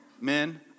men